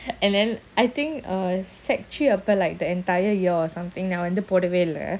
and then I think uh sec three after like the entire year or something வந்துபோடவேஇல்ல:vandhu podave illa